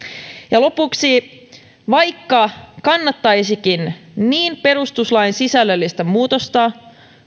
ja lopuksi vaikka kannattaisikin niin niin perustuslain sisällöllistä muutosta